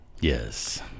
Yes